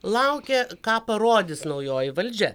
laukė ką parodys naujoji valdžia